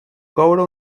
coure